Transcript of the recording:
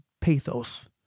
pathos